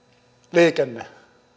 liikenne